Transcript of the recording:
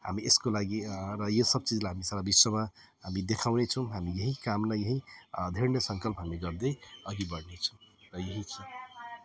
हामी यसको लागि र यो सब चिजलाई हामी सारा विश्वमा हामी देखाउनेछौँ यही कामना यही दृढ सङ्कल्प हामी गर्दै अघि बढ्नेछौँ र यही छ